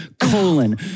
colon